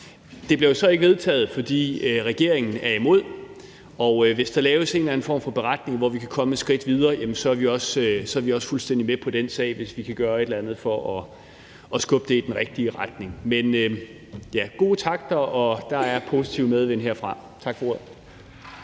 Det bliver jo så ikke vedtaget, fordi regeringen er imod, og hvis der laves en eller anden form for beretning, hvor vi kan komme et skridt videre, så er vi også fuldstændig med på den sag, hvis vi kan gøre et eller andet for at skubbe det i den rigtige retning. Men der er gode takter i det, og der er positiv medvind herfra. Tak for ordet.